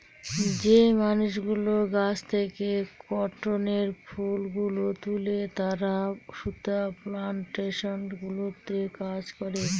যে মানুষগুলো গাছ থেকে কটনের ফুল গুলো তুলে তারা সুতা প্লানটেশন গুলোতে কাজ করে